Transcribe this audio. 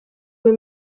kui